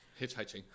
Hitchhiking